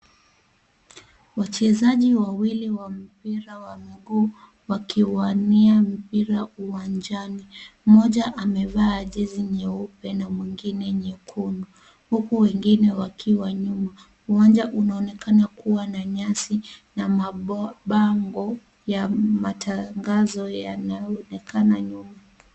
Wachezaji wawili wa mpira wa mkuu wakiwania mpira uwanjani. Mmoja amevaa jezi nyeupe na mwingine nyekundu huku wengine wakiwa nyuma. Uwanja unaonekana kuwa na nyazi na mabambo ya matangazo yanaonekana nyuma.